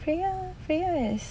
freya freya has